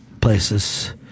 places